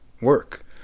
work